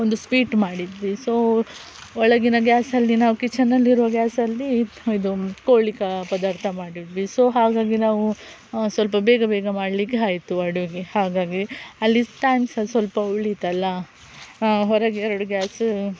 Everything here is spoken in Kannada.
ಒಂದು ಸ್ವೀಟ್ ಮಾಡಿದ್ವಿ ಸೊ ಒಳಗಿನ ಗ್ಯಾಸಲ್ಲಿ ನಾವು ಕಿಚನಲ್ಲಿರುವ ಗ್ಯಾಸಲ್ಲಿ ಇದು ಕೋಳಿ ಪದಾರ್ಥ ಮಾಡಿದ್ವಿ ಸೊ ಹಾಗಾಗಿ ನಾವು ಸ್ವಲ್ಪ ಬೇಗ ಬೇಗ ಮಾಡಲಿಕ್ಕೆ ಆಯ್ತು ಅಡುಗೆ ಹಾಗಾಗಿ ಅಲ್ಲಿ ಟೈಮ್ ಸ್ವಲ್ಪ ಉಳಿತಲ್ಲ ಹೊರಗೆರಡು ಗ್ಯಾಸು